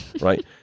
right